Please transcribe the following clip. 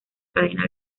cadena